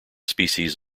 species